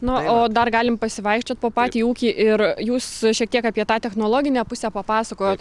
na o dar galim pasivaikščiot po patį ūkį ir jūs šiek tiek apie tą technologinę pusę papasakojot